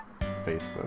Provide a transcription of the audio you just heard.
facebook